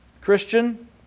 Christian